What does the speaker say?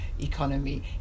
economy